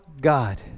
God